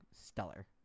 stellar